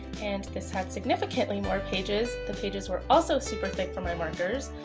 and this had significantly more pages. the pages were also super thick for my markers.